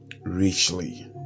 richly